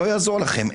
אבל לא יעזור לכם,